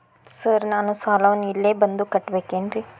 Sir ನಾನು ಸಾಲವನ್ನು ಇಲ್ಲೇ ಬಂದು ಕಟ್ಟಬೇಕೇನ್ರಿ?